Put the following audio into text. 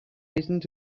returned